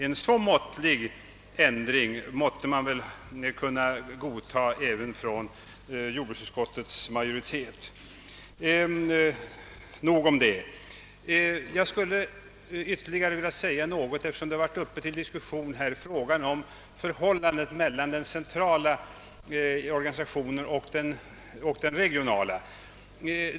En så liten ändring måtte väl även jordbruksutskottets majoritet kunna godtaga. — Nog om det! Jag skulle vilja säga ytterligare några ord rörande frågan om den centrala och den regionala organisationen, eftersom den varit uppe till diskussion.